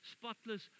spotless